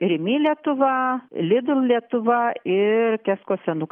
rimi lietuva lidl lietuva ir kesko senukai